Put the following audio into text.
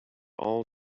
all